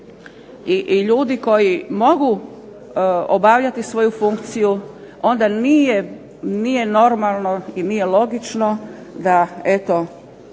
i ljudi koji mogu obavljati svoju funkciju onda nije normalno i nije logično da eto